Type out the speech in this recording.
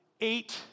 eight